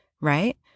right